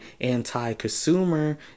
anti-consumer